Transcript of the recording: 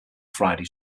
friday